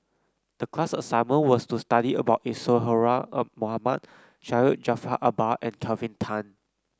the class assignment was to study about Isadhora Mohamed Syed Jaafar Albar and Kelvin Tan